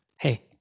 Hey